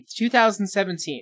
2017